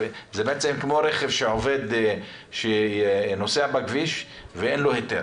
זה בעצם כמו רכב שנוסע בכביש ואין לו היתר